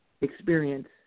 experience